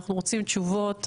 אנחנו רוצים תשובות,